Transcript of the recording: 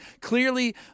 clearly